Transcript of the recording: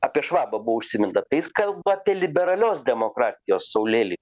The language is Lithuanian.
apie švabą buvo užsiminta tai jis kalba apie liberalios demokratijos saulėlydį